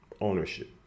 ownership